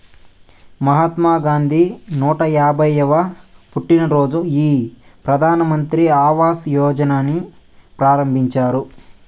మహాత్మా గాంధీ నూట యాభైయ్యవ పుట్టినరోజున ఈ ప్రధాన్ మంత్రి ఆవాస్ యోజనని ప్రారంభించారు